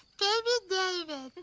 baby david. aw.